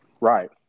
Right